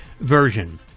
version